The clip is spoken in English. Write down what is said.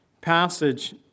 passage